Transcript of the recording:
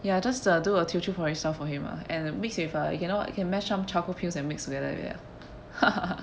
ya just uh do a teochew porridge style for him uh and mix with uh you know you can mash some charcoal pills and mix together with that